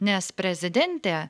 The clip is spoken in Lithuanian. nes prezidentė